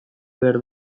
behar